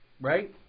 right